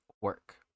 Work